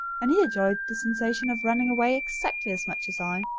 and he enjoyed the sensation of running away exactly as much as i.